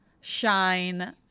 Shine